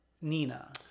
Nina